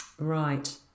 Right